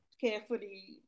carefully